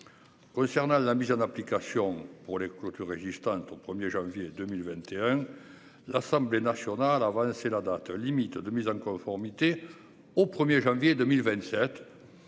Concernant la mise en application pour les clôtures résistante au 1er janvier 2021. L'Assemblée nationale a avancé la date limite de mise en conformité au 1er janvier 2027.